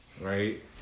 right